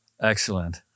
Excellent